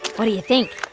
what do you think?